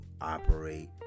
operate